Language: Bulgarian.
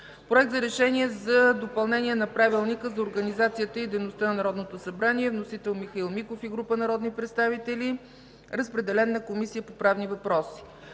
Проект за решение за допълнение на Правилника за организацията и дейността на Народното събрание. Вносител е Михаил Миков и група народни представители. Разпределен е на Комисията по правни въпроси.